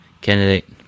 candidate